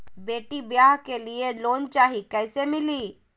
बेटी ब्याह के लिए लोन चाही, कैसे मिली?